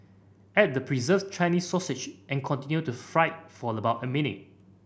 add the preserved Chinese sausage and continue to fry for about a minute